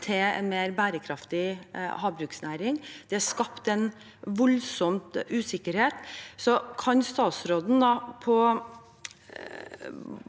til en mer bærekraftig havbruksnæring. Det er skapt en voldsom usikkerhet. Kan statsråden på